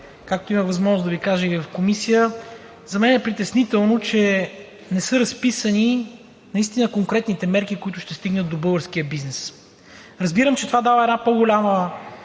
както имах възможност да Ви кажа и в Комисията, за мен е притеснително, че не са разписани конкретните мерки, които да стигнат до българския бизнес. Разбирам, че това дава една по-голяма